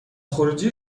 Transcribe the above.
خروجی